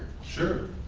sure.